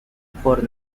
por